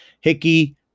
Hickey